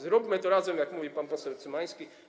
Zróbmy to razem, jak mówi pan poseł Cymański.